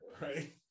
right